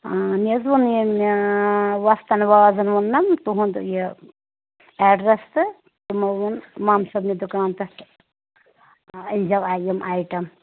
مےٚ حظ ووٚن ییٚمہِ وۄستَن وازَن ووٚننَم تُہُنٛد یہِ اٮ۪ڈرَس تہٕ تِمو ووٚن مامہٕ صٲبنہِ دُکانہٕ پٮ۪ٹھ أنۍزیو اَ یِم آیٹم